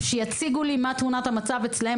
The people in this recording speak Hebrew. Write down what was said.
שיציגו לי מה תמונת המצב אצלם.